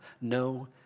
no